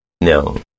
No